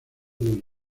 del